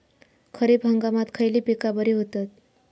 खरीप हंगामात खयली पीका बरी होतत?